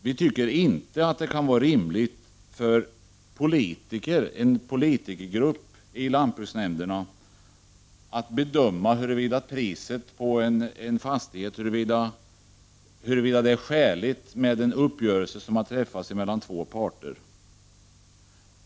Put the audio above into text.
Vi tycker inte att det kan vara rimligt att politikergrupp i lantbruksnämnderna skall bedöma huruvida det pris på en fastighet som överenskommits vid en uppgörelse mellan två parter är skäligt.